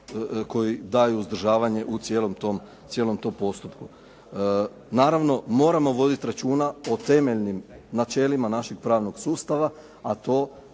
daju uzdržavanje u cijelom tome postupku. Naravno, moramo voditi računa o temeljnim načelima našeg pravnog sustava, a to